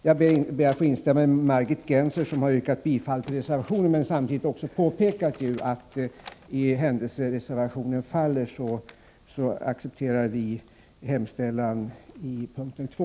Jag ber att få instämma med Margit Gennser, som har yrkat bifall till reservationen men samtidigt också påpekat att för den händelse reservationen faller accepterar vi utskottets hemställan under punkt 2.